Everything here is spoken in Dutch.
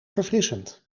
verfrissend